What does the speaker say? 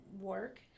work